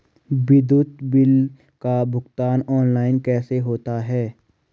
विद्युत बिल का भुगतान ऑनलाइन कैसे होता है?